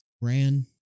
Ran